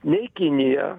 nei kinija